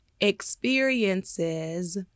experiences